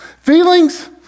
Feelings